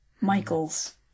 Michaels